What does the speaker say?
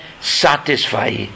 satisfy